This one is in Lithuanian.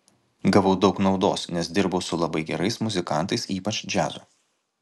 gavau daug naudos nes dirbau su labai gerais muzikantais ypač džiazo